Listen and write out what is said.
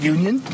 Union